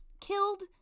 killed